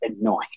annoying